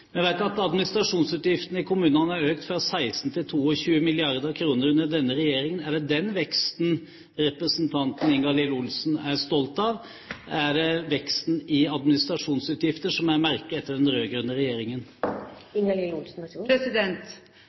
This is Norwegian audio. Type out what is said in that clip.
Vi vet at administrasjonsutgiftene i kommunene har økt fra 16 mrd. kr til 22 mrd. kr under denne regjeringen. Er det den veksten representanten Ingalill Olsen er stolt av? Er det veksten i administrasjonsutgifter som er merket etter den rød-grønne regjeringen?